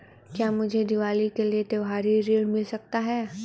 क्या मुझे दीवाली के लिए त्यौहारी ऋण मिल सकता है?